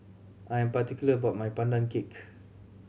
I am particular about my Pandan Cake